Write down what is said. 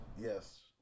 Yes